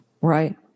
Right